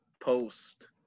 post